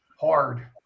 hard